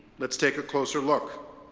let's take a closer look.